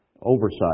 oversight